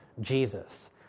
Jesus